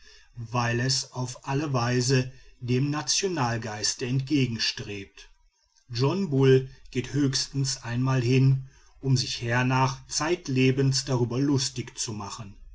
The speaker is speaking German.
weil es auf alle weise dem nationalgeiste entgegenstrebt john bull geht höchstens einmal hin um sich hernach zeitlebens darüber lustig zu machen